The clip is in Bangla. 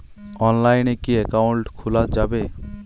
অনলাইনে কি অ্যাকাউন্ট খোলা যাবে?